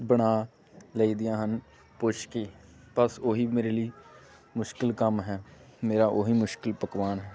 ਬਣਾ ਲਈ ਦੀਆਂ ਹਨ ਪੁਸ਼ਕੀ ਬਸ ਉਹੀ ਮੇਰੇ ਲਈ ਮੁਸ਼ਕਿਲ ਕੰਮ ਹੈ ਮੇਰਾ ਉਹੀ ਮੁਸ਼ਕਿਲ ਪਕਵਾਨ ਹੈ